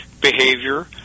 behavior